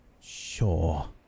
sure